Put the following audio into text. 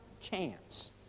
chance